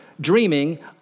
dreaming